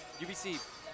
UBC